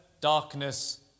darkness